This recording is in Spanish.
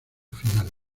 final